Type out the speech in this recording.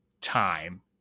time